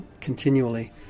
continually